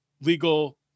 legal